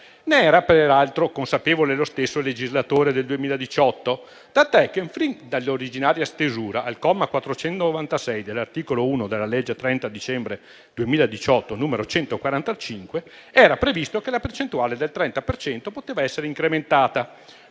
ne era peraltro consapevole lo stesso legislatore del 2018, tant'è che fin dall'originaria stesura, al comma 496 dell'articolo 1 della legge 30 dicembre 2018, n. 145, era previsto che la percentuale del 30 per cento poteva essere incrementata